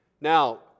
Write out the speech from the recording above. Now